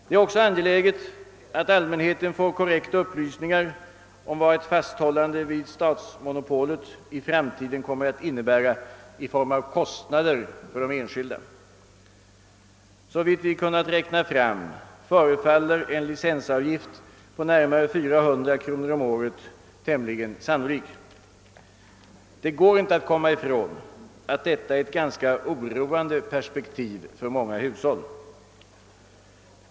Det är också angeläget att allmänheten får korrekta upplysningar om vad ett fasthållande vid statsmonopolet i framtiden kommer att innebära i form av kostnader för de enskilda. Såvitt vi kunnat räkna fram förefaller en licensavgift på närmare 400 kronor om året tämligen sannolik. Det går inte att komma ifrån att detta är ett ganska oroande perspektiv för många hushåll.